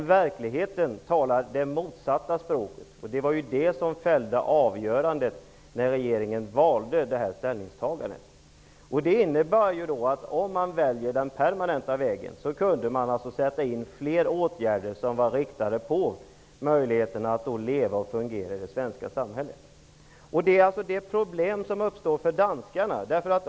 Men verkligheten talar ett motsatt språk, och det var det som fällde avgörandet när regeringen gjorde sitt ställningstagande. Om man väljer ''den permanenta vägen'' kunde man sätta in fler åtgärder inriktade på möjligheterna för flyktingarna att leva och fungera i det svenska samhället. Det är det problem som uppstår för danskarna nu.